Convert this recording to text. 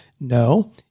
No